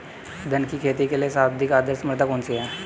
धान की खेती के लिए सर्वाधिक आदर्श मृदा कौन सी है?